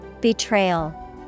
Betrayal